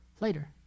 Later